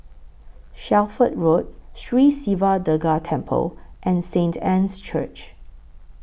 Shelford Road Sri Siva Durga Temple and Saint Anne's Church